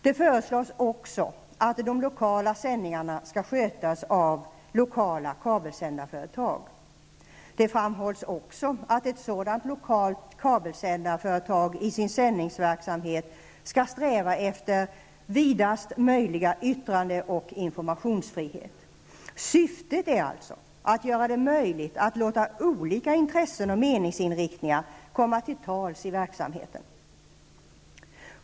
Det föreslås också att de lokala sändningarna skall skötas av lokala kabelsändarföretag. Det framhålls också att ett sådant lokalt kabelsändarföretag i sin sändningsverksamhet skall sträva efter vidast möjliga yttrande och informationsfrihet. Syftet är alltså att göra det möjligt att låta olika intressen och meningsinriktningar komma till tals i verksamheten.